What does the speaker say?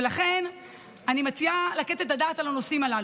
ולכן אני מציעה לתת את הדעת על הנושאים הללו.